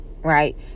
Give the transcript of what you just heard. right